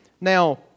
Now